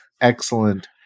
excellent